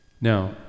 Now